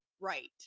Right